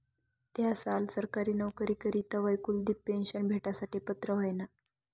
धा साल सरकारी नवकरी करी तवय कुलदिप पेन्शन भेटासाठे पात्र व्हयना